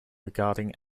regarding